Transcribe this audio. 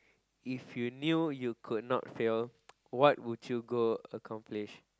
if you knew you could not fail what would you go accomplish